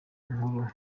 nkuru